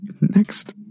Next